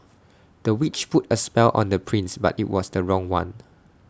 the witch put A spell on the prince but IT was the wrong one